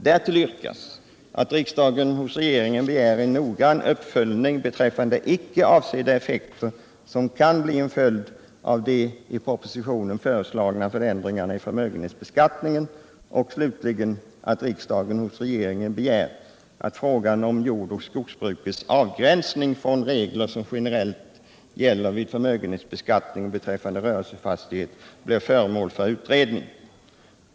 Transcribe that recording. Därtill yrkas att riksdagen hos regeringen begär en noggrann uppföljning beträffande icke avsedda effekter av den i propositionen föreslagna förändringen i förmögenhetsbeskattningen. Slutligen föreslås att riksdagen hos regeringen begär att frågan om jordoch skogsbrukets avgränsning från regler som generellt gäller vid förmögenhetsbeskattning beträffande rörelsefastighet blir föremål för utredning.